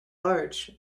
large